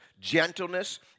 gentleness